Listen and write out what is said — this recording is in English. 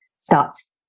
starts